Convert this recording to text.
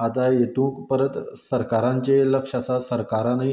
आता हेतूंत परत सरकारान जे लक्ष आसा सरकारानय